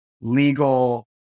legal